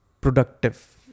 productive